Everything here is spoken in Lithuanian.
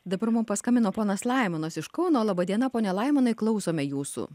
dabar mum paskambino ponas laimonas iš kauno laba diena pone laimonai klausome jūsų